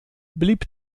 blieb